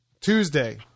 Tuesday